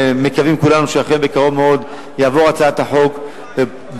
וכולנו מקווים שאכן בקרוב מאוד תעבור הצעת החוק ונביא